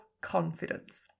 confidence